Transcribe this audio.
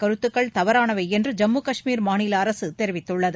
கருத்துக்கள் தவறானவை என்று ஜம்மு கஷ்மீர் மாநில அரசு தெரிவித்துள்ளது